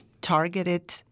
targeted